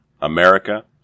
America